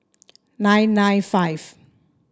nine nine five